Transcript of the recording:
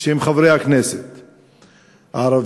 שהם חברי הכנסת הערבים,